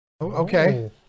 Okay